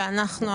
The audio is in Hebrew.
ואנחנו,